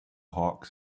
hawks